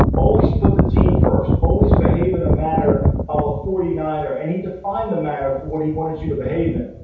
always put the team first. always behave in the manner of a forty nine er, and he defined the manner for what he wanted you to behave in.